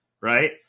Right